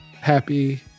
Happy